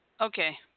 Okay